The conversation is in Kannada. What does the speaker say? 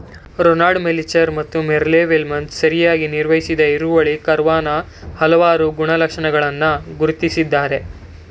ರೊನಾಲ್ಡ್ ಮೆಲಿಚಾರ್ ಮತ್ತು ಮೆರ್ಲೆ ವೆಲ್ಶನ್ಸ್ ಸರಿಯಾಗಿ ನಿರ್ಮಿಸಿದ ಇಳುವರಿ ಕರ್ವಾನ ಹಲವಾರು ಗುಣಲಕ್ಷಣಗಳನ್ನ ಗುರ್ತಿಸಿದ್ದಾರೆ